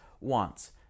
wants